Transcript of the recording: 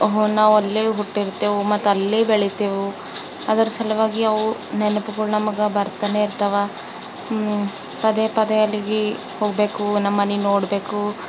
ನಾವು ಅಲ್ಲೇ ಹುಟ್ಟಿರ್ತೆವು ಮತ್ತೆ ಅಲ್ಲೇ ಬೆಳಿತೇವು ಅದರ ಸಲುವಾಗಿ ಅವು ನೆನಪುಗಳು ನಮಗೆ ಬರ್ತಾನೆ ಇರ್ತಾವೆ ಪದೆ ಪದೆ ಅಲ್ಲಿಗೆ ಹೋಗ್ಬೇಕು ನಮ್ಮನೆ ನೋಡಬೇಕು